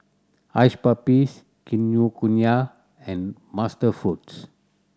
Hush Puppies Kinokuniya and MasterFoods